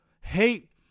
Hate